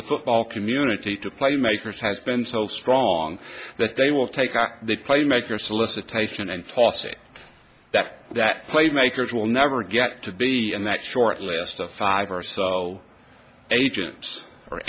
the football community to playmakers has been so strong that they will take on the plane maker solicitation and flossy that that play makers will never get to be in that short list of five or so agents or